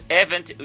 event